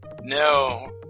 no